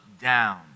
down